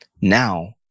Now